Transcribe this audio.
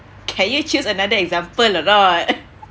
can you choose another example or not